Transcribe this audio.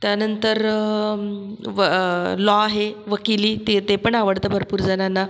त्यानंतर व लॉ आहे वकिली ते ते पण आवडतं भरपूर जणांना